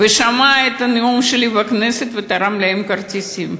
שמע את הנאום שלי בכנסת, ותרם להם כרטיסים.